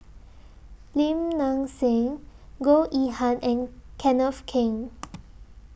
Lim Nang Seng Goh Yihan and Kenneth Keng